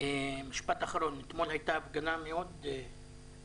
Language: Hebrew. משפט אחרון: אתמול הייתה הפגנה מאוד מרשימה.